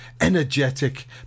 energetic